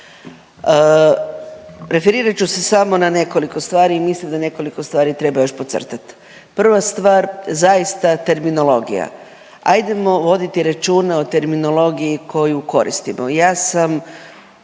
Referirat ću se samo na nekoliko stvari i mislim da nekoliko stvari treba još podcrtat. Prva stvar zaista terminologija, ajdemo voditi računa o terminologiji koju koristimo. Ja sam